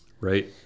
right